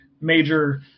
major